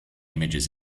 images